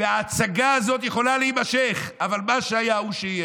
וההצגה הזאת יכולה להימשך, אבל מה שהיה הוא שיהיה.